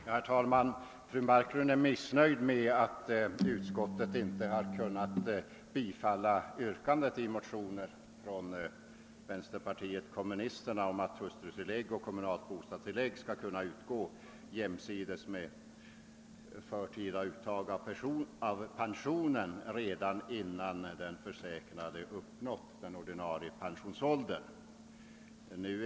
Herr talman! Fru Marklund är missnöjd med att utskottet inte har kunnat bifalla yrkandet i motionen från vänsterpartiet kommunisterna om att hustrutillägg och kommunalt bostadstillägg skall kunna utgå jämsides med förtida uttag av pensionen redan innan den försäkrade uppnått den ordinarie pensionsåldern.